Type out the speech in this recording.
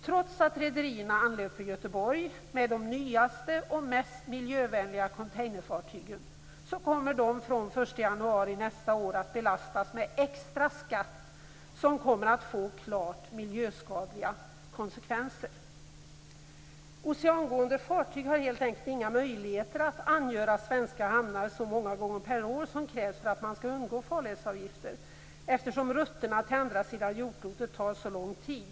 Trots att rederierna anlöper Göteborg med de nyaste och mest miljövänliga containerfartygen kommer de från den 1 januari nästa år att belastas med extra skatt som kommer att få klart miljöskadliga konsekvenser. Oceangående fartyg har helt enkelt inga möjligheter att angöra svenska hamnar så många gånger per år som krävs för att undgå farledsavgifter, eftersom rutterna till andra sidan jordklotet tar så lång tid.